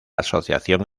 asociación